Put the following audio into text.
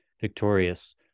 victorious